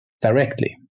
directly